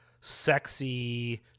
sexy